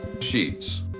Sheets